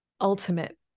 ultimate